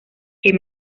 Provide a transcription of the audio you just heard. que